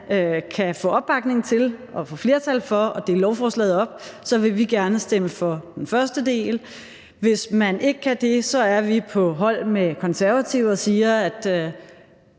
kan få opbakning til og få flertal for at dele lovforslaget op, vil vi gerne stemme for den første del. Hvis man ikke kan det, er vi på hold med Konservative og siger, at